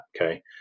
Okay